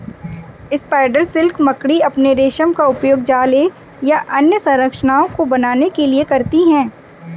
spider silk मकड़ी अपने रेशम का उपयोग जाले या अन्य संरचनाओं को बनाने के लिए करती हैं